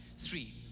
Three